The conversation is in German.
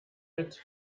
mit